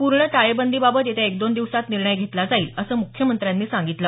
पूर्ण टाळेबंदीबाबत येत्या एक दोन दिवसात निर्णय घेतला जाईल असं मुख्यमंत्र्यांनी सांगितलं